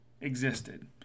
existed